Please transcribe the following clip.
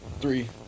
Three